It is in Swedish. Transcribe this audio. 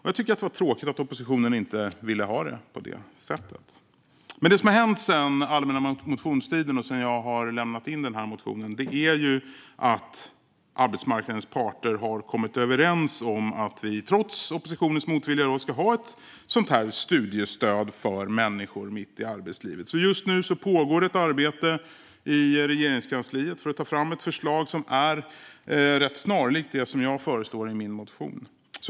Jag tycker att det var tråkigt att oppositionen inte ville ha det på detta sätt. Men det som har hänt sedan allmänna motionstiden och sedan jag lämnade in denna motion är att arbetsmarknadens parter har kommit överens om att vi, trots oppositionens motvilja, ska ha ett sådant här studiestöd för människor mitt i arbetslivet. Just nu pågår ett arbete i Regeringskansliet för att ta fram ett förslag som är rätt snarlikt det som jag föreslår i min motion.